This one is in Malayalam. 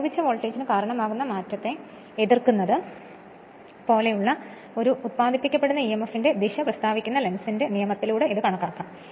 പ്രയോഗിച്ച വോൾട്ടേജിന് കാരണമാകുന്ന മാറ്റത്തെ എതിർക്കുന്നത് പോലെയുള്ള ഒരു ഉത്പാദിപ്പിക്കപ്പെടുന്ന ഇഎംഎഫിന്റെ ദിശ പ്രസ്താവിക്കുന്ന ലെൻസിന്റെ നിയമത്തിലൂടെ ഇത് കണക്കാക്കാം